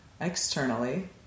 externally